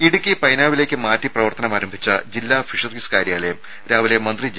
രുദ ഇടുക്കി പൈനാവിലേക്ക് മാറ്റി പ്രവർത്തനമാരംഭിച്ച ജില്ലാ ഫിഷറീസ് കാര്യാലയം രാവിലെ മന്ത്രി ജെ